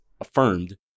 affirmed